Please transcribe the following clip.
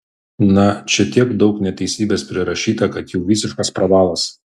na čia tiek daug neteisybės prirašyta kad jau visiškas pravalas